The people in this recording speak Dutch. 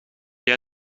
jij